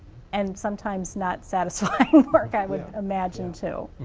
and sometimes not satisfying work i would imagine too.